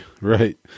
Right